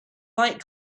fight